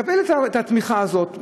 מקבל את התמיכה הזאת,